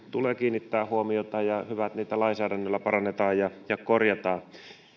tulee kiinnittää huomiota ja on hyvä että niitä lainsäädännöllä parannetaan ja ja korjataan